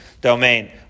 domain